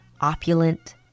opulent